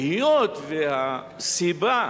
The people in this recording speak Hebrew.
היות שהסיבה,